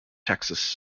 texas